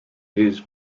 his